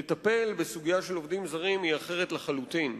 לטפל בסוגיה של עובדים זרים היא אחרת לחלוטין,